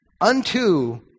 unto